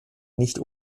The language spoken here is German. nicht